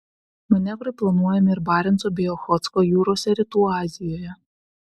manevrai planuojami ir barenco bei ochotsko jūrose rytų azijoje